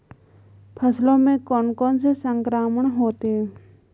फसलों में कौन कौन से संक्रमण होते हैं?